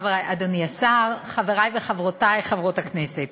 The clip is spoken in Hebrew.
אדוני השר, חברי וחברותי חברות הכנסת,